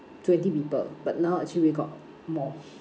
twenty people but now actually we got more